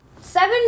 seven